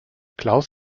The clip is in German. klaus